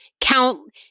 count